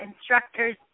instructors